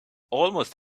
almost